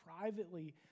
privately